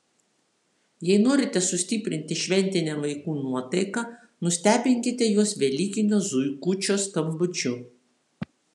jei norite sustiprinti šventinę vaikų nuotaiką nustebinkite juos velykinio zuikučio skambučiu